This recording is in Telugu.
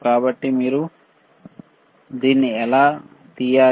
కాబట్టి మీరు దీన్ని ఎలా తీయాలి